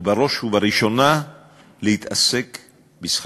ובראש ובראשונה להתעסק בשכרכם.